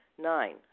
nine